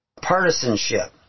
Partisanship